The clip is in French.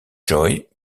joy